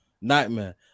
Nightmare